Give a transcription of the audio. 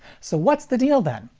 so, what's the deal then?